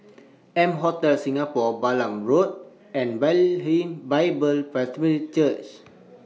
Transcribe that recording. M Hotel Singapore Balam Road and Bethlehem Bible Presbyterian Church